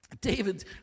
David